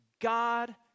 God